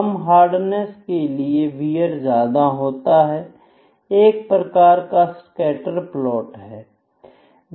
कम hardness के लिए wear ज्यादा होता है एक प्रकार का सकैटर्स प्लॉट है